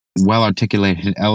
well-articulated